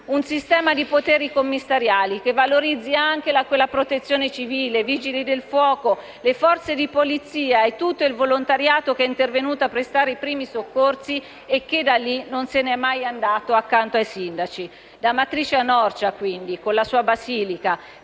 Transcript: un sistema di poteri commissariali che valorizzi anche Protezione civile, Vigili del fuoco, forze di polizia e tutto il volontariato che è intervenuto a prestare i primi soccorsi e che da lì non se ne è mai andato ed è restato accanto ai sindaci. Da Amatrice a Norcia, con la sua basilica,